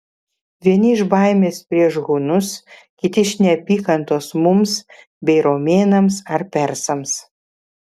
vieni iš baimės prieš hunus kiti iš neapykantos mums bei romėnams ar persams